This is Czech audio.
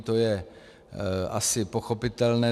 To je asi pochopitelné.